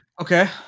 okay